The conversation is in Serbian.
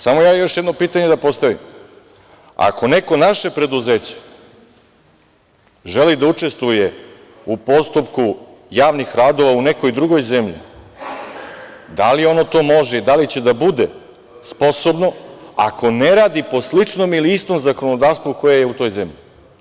Samo ja još jedno pitanje da postavim – ako neko naše preduzeće želi da učestvuje u postupku javnih radova u nekoj drugoj zemlji, da li je ono to može i da li će da bude sposobno ako ne radi po sličnom ili istom zakonodavstvu koje je u toj zemlji?